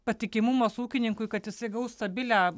patikimumas ūkininkui kad jisai gaus stabilią